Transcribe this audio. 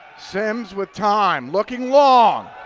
simms with time, looking long,